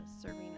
serving